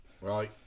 Right